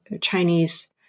Chinese